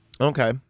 Okay